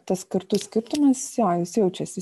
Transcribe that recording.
tas kartų skirtumas jo jis jaučiasi